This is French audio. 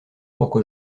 pourquoi